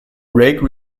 rake